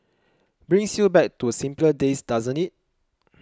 brings you back to simpler days doesn't it